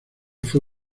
fue